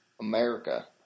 America